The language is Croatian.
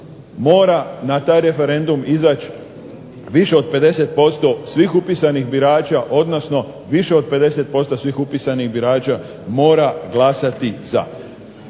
mora na taj referendum izaći više od 50% svih upisanih birača odnosno više od 50% svih upisanih birača mora glasati za.